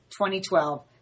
2012